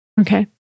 Okay